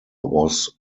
was